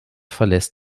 verlässt